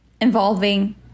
involving